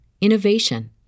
innovation